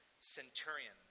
centurion